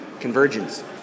Convergence